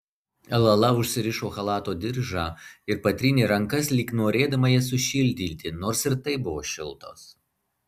lala užsirišo chalato diržą ir patrynė rankas lyg norėdama jas sušildyti nors ir taip buvo šiltos